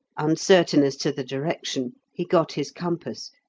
uncertain as to the direction, he got his compass,